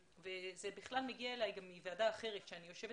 וזה מגיע אלי גם מוועדה אחרת שאני יושבת